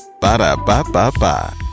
Ba-da-ba-ba-ba